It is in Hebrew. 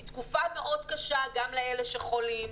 היא תקופה מאוד קשה גם לאלה שחולים,